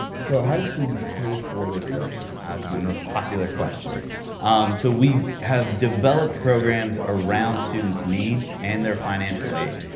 and so how do students pay for their trip? ah it's my most popular question. um so we have developed programs around students' needs and their financial aid.